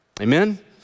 Amen